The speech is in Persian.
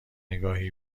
نگاهی